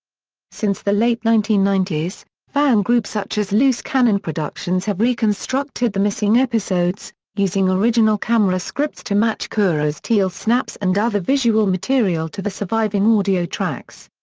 since the late nineteen ninety s, fan groups such as loose cannon productions have reconstructed the missing episodes, using original camera scripts to match cura's tele-snaps and other visual material to the surviving audio tracks.